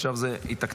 עכשיו זה יתקתק.